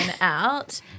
out